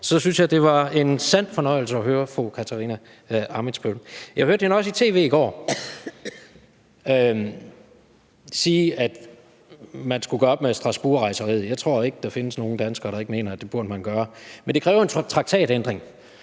Jeg synes, det var en sand fornøjelse at høre fru Katarina Ammitzbøll. Jeg hørte hende også i tv i går sige, at man skulle gøre op med Strasbourgrejseriet. Jeg tror ikke, der findes nogen danskere, der ikke mener, at det burde man gøre. Men det kræver en traktatændring,